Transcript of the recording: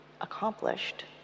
accomplished